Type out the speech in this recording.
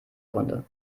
runde